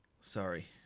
Sorry